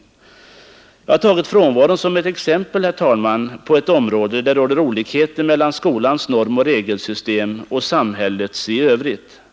Herr talman! Jag har tagit frånvaron som ett exempel på ett område där det råder olikheter mellan skolans normoch regelsystem och samhällets i övrigt.